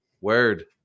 Word